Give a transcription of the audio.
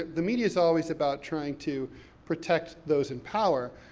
the media's always about trying to protect those in power.